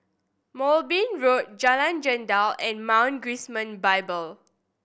Moulmein Road Jalan Jendela and Mount Gerizim Bible